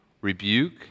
rebuke